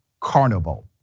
Carnival